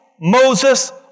Moses